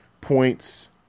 points